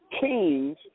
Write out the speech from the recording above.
kings